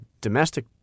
domestic